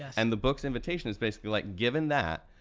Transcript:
and the book's invitation is basically like, given that,